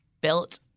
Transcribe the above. built—